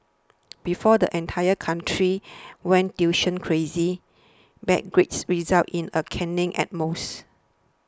before the entire country went tuition crazy bad grades resulted in a caning at most